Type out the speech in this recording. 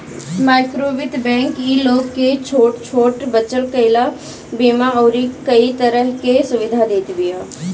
माइक्रोवित्त बैंक इ लोग के छोट छोट बचत कईला, बीमा अउरी कई तरह के सुविधा देत बिया